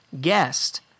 guest